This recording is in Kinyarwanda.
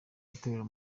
itorero